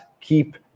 keep